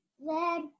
red